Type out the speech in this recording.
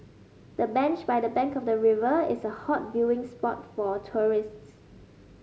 the bench by the bank of the river is a hot viewing spot for tourists